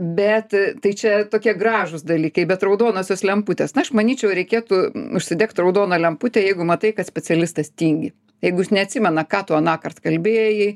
bet tai čia tokie gražūs dalykai bet raudonosios lemputės na aš manyčiau reikėtų užsidegt raudoną lemputę jeigu matai kad specialistas tingi jeigu jis neatsimena ką tu anąkart kalbėjai